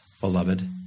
beloved